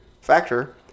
factor